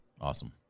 Awesome